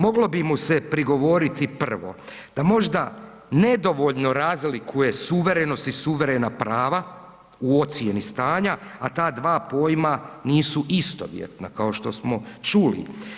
Moglo bi mu se prigovoriti, prvo da možda nedovoljno razlikuje suverenost i suverena prava u ocjeni stanja, a ta dva pojma nisu istovjetna kao što smo čuli.